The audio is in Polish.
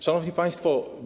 Szanowni Państwo!